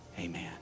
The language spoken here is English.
Amen